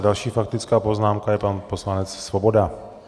Další faktická poznámka je pan poslanec Svoboda.